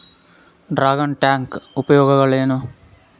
Dragon tank ಉಪಯೋಗಗಳೇನು?